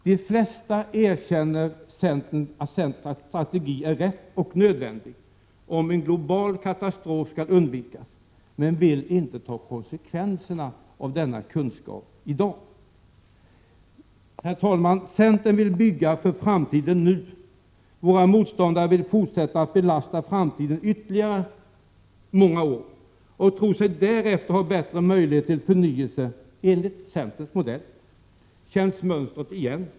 De flesta erkänner att centerns strategi är riktig och nödvändig om en global katastrof skall undvikas, men de vill inte ta konsekvenserna av denna kunskap i dag. Herr talman! Centern vill börja bygga för framtiden nu. Våra motståndare vill fortsätta att belasta framtiden ytterligare många år, och de tror sig därefter ha bättre möjligheter till en förnyelse enligt centerns modell. Känns mönstret igen?